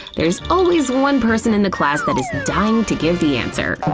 there's always one person in the class that is dying to give the answer.